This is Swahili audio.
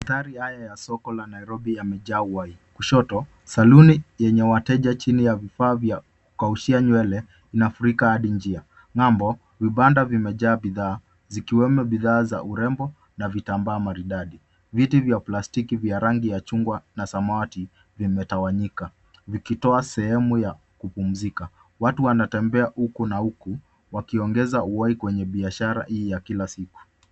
Mandhari haya ya soko la Nairobi yamejaa uhai. Kushoto, saluni yenye wateja chini ya vifaa vya kukashia nywele inafika hadi njia. Ng'ambo, vibanda vimejaa bidhaa, zikiwemo bidhaa za urembo na vitambaa maridadi. Viti vya plastiki vya rangi ya chungwa na samawati vimetawanyika, vikitoa sehemu ya kupumzika. Watu wanatembea huku na huku, wakiongeza uhai kwenye biashara hii ya kila siku.